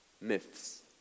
myths